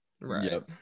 Right